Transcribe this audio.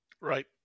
Right